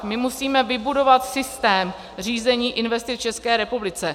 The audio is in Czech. My musíme vybudovat systém řízení investic v České republice.